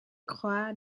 croix